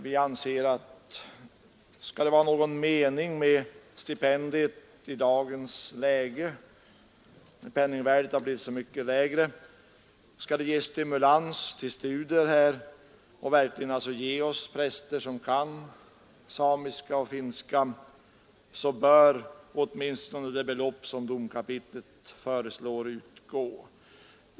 Vi anser att skall det vara någon mening med stipendiet i dagens situation, när penningvärdet har blivit så mycket lägre, skall det innebära stimulans till studier och verkligen ge oss präster som kan samiska och finska, så bör åtminstone det belopp som domkapitlet föreslår utgå.